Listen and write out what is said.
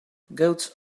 goats